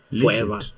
Forever